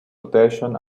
rotation